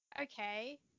okay